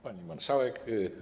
Pani Marszałek!